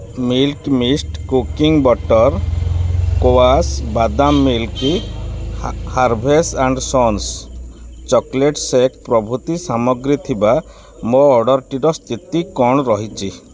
milk mist cooking butter କୋଆସ୍ ବାଦାମ୍ milk harvest and sons chocolate shake ପ୍ରଭୃତି ସାମଗ୍ରୀ ଥିବା ମୋ ଅର୍ଡ଼ର୍ଟିର ସ୍ଥିତି କ'ଣ ରହିଛି